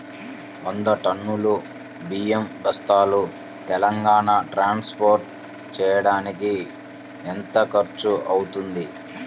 వంద టన్నులు బియ్యం బస్తాలు తెలంగాణ ట్రాస్పోర్ట్ చేయటానికి కి ఎంత ఖర్చు అవుతుంది?